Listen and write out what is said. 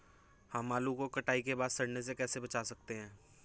हम आलू को कटाई के बाद सड़ने से कैसे बचा सकते हैं?